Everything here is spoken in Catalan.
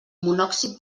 monòxid